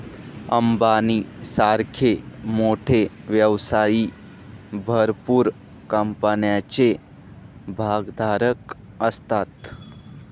अंबानी सारखे मोठे व्यवसायी भरपूर कंपन्यांचे भागधारक असतात